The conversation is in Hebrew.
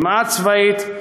כמעט צבאית,